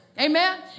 Amen